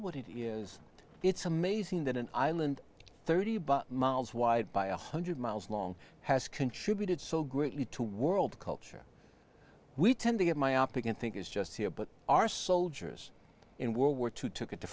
what it is it's amazing that an island thirty miles wide by a hundred miles long has contributed so greatly to world culture we tend to get my opic and think it's just here but our soldiers in world war two took it to